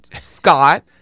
scott